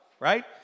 right